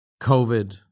COVID